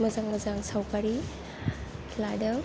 मोजां मोजां सावगारि लादों